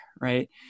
right